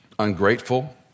ungrateful